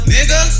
Nigga